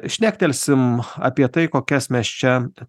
šnektelsim apie tai kokias mes čia